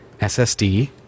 SSD